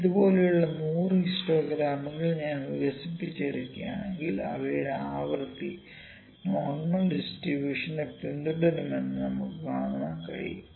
ഇതുപോലുള്ള 100 ഹിസ്റ്റോഗ്രാമുകൾ ഞാൻ വികസിപ്പിച്ചെടുക്കുകയാണെങ്കിൽ അവയുടെ ആവൃത്തി നോർമൽ ഡിസ്ട്രിബൂഷനെ പിന്തുടരുമെന്ന് നമുക്ക് കാണാൻ കഴിയും